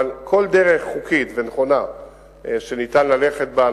אבל כל דרך חוקית ונכונה שניתן ללכת בה,